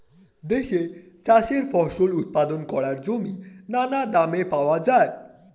দেশে চাষের ফসল উৎপাদন করার জমি নানা দামে পাওয়া যায়